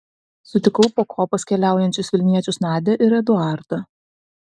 sutikau po kopas keliaujančius vilniečius nadią ir eduardą